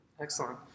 Excellent